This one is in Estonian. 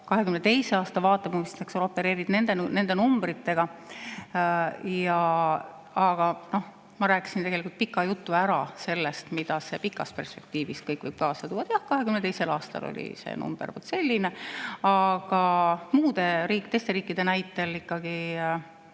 2022. aasta vaatepunktist, sa opereerid nende numbritega. Aga ma rääkisin tegelikult pika jutu ära sellest, mida see pikas perspektiivis võib kaasa tuua. Jah, 2022. aastal oli see number vot selline, aga muude riikide, teiste riikide näitel ikkagi,